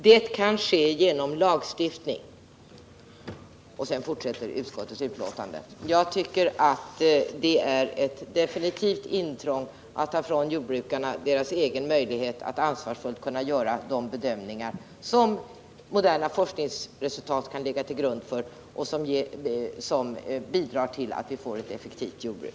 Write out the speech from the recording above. Men sedan står det att detta kan ske genom lagstiftning. Jag tycker definitivt att det är ett intrång att ta ifrån jordbrukarna deras egna möjligheter att på ett ansvarsfullt sätt kunna göra de bedömningar som moderna forskningsresultat kan ligga till grund för och som bidrar till att vi får ett effektivt jordbruk.